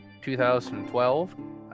2012